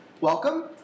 Welcome